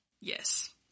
yes